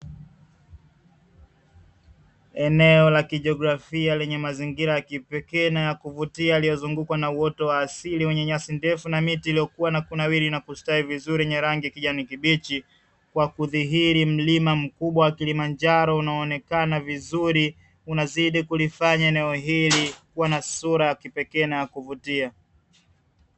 Eneo la kijiografia lenye mazingira ya kipekee na ya kuvutia yaliyozungukwa na uoto wa asili wenye nyasi ndefu, na miti iliyokuwa na kunawiri na kustawi vizuri yenye rangi ya kijani kibichi, kwa kudhihiri mlima mkubwa wa kilimanjaro unaonekana vizuri unazidi kulifanya eneo hili kuwa na sura ya kipekee na kuvutia.